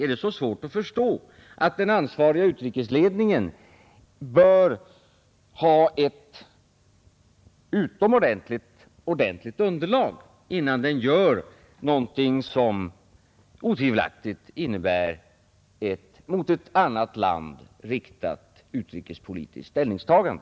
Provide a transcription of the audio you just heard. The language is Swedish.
Är det så svårt att förstå att den ansvariga utrikesledningen bör ha ett utomordentligt starkt underlag innan den gör någonting som otvivelaktigt innebär ett mot ett annat land riktat utrikespolitiskt ställningstagande?